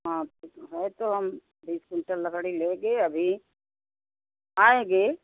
हाँ है तो हम बीस कुंटल लकड़ी लेंगे अभी आएँगे